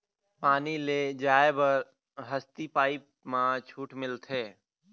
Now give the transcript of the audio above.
पानी ले जाय बर हसती पाइप मा छूट मिलथे?